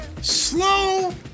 Slow